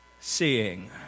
seeing